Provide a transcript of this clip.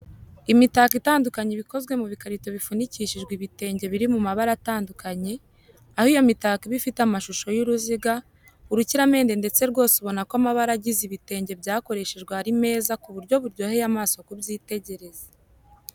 Imitako itandukanye iba ikozwe mu bikarito bifunikishijwe ibitenge biri mu mabara atandukanye, aho iyo mitako iba ifite amashusho y'uruziga, urukiramende ndetse rwose ubona ko amabara agize ibitenge byakoreshejwe ari meza ku buryo buryoheye amaso kubyitegereza.